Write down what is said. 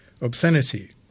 Obscenity